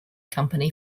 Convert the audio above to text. company